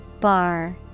Bar